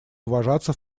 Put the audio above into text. уважаться